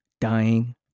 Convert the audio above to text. dying